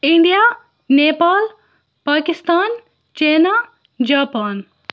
India Nepal Pakistan China Japan